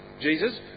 Jesus